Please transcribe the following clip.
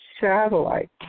satellite